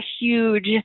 huge